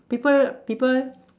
people people